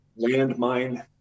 landmine